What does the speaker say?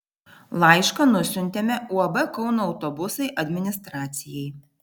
laišką nusiuntėme uab kauno autobusai administracijai